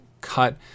cut